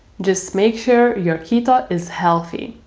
just make sure your keto is healthy,